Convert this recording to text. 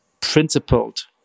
principled